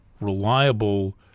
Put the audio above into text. reliable